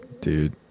Dude